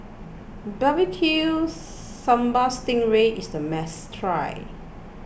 Barbecue Sambal Sting Ray is a must try